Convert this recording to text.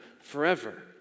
forever